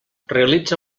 realitza